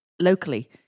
locally